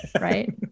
right